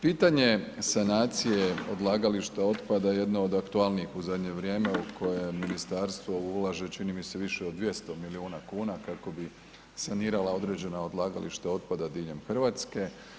Pitanje sanacije odlagališta otpada je jedna od aktualnijih u zadnje vrijeme u koje ministarstvo ulaže, čini mi se, više od 200 milijuna kuna kako bi sanirala određena odlagališta otpada diljem RH.